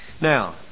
Now